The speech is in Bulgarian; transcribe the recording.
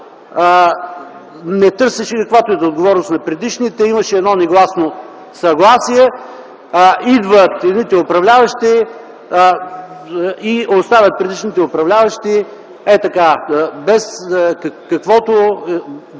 не търсеше каквато и да е отговорност на предишните. Имаше едно негласно съгласие – идват едните управляващи и оставят предишните управляващи ей така, без каквато